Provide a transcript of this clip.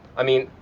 i mean,